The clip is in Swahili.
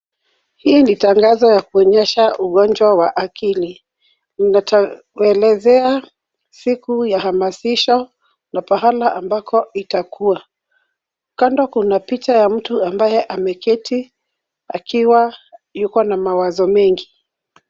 Hii ni tangazo ya kuonyesha ugonjwa wa akili. Unatuelezea siku ya hamasisho na pahala ambako itakuwa. Kando kuna picha ya mtu ambaye ameketi, akiwa yuko na mawazo mengi.